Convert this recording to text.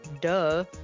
duh